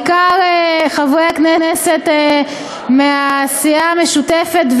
בעיקר לחברי הכנסת מהסיעה המשותפת,